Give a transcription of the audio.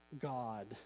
God